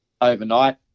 overnight